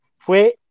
fue